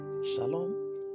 Shalom